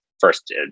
first